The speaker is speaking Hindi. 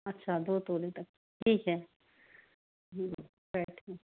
अच्छा दो तोले तक ठीक है बैठे